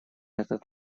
этот